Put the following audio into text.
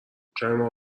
کریم